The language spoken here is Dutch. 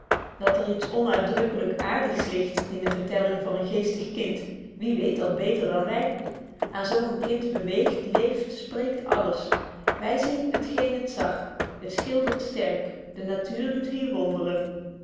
dat er iets onuitdruklyk aartigs ligt in de vertelling van een geestig kind wie weet dat beter dan wy aan zo een kind beweegt leeft spreekt alles wy zien het geen het zag het schildert sterk de natuur doet hier wonderen